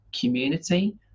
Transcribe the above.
community